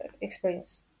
experience